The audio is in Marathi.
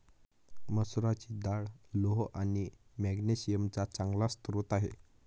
मसुराची डाळ लोह आणि मॅग्नेशिअम चा चांगला स्रोत आहे